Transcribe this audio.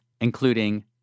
including